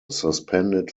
suspended